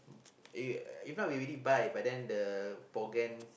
uh if not we already buy but then the programme